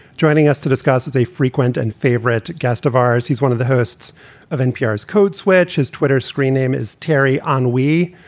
joining us to discuss as a frequent and favorite guest of ours. he's one of the hosts of npr's code switch. his twitter screen name is terry onwe.